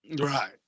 right